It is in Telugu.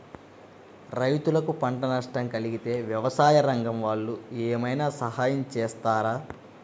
రైతులకు పంట నష్టం కలిగితే వ్యవసాయ రంగం వాళ్ళు ఏమైనా సహాయం చేస్తారా?